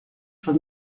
von